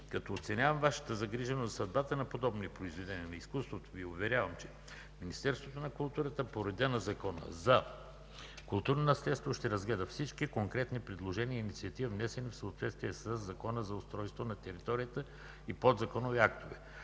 Като оценявам Вашата загриженост за съдбата на подобни произведения на изкуството, Ви уверявам, че Министерството на културата по реда на Закона за културното наследство ще разгледа всички конкретни предложения и инициативи, внесени в съответствие със Закона за устройство на територията и подзаконовите актове.